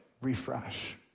refresh